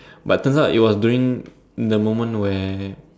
but turn out it was during the moment where